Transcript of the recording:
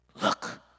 look